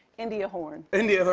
india horn. india horn.